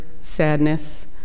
sadness